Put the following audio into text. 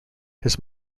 his